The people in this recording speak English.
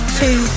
two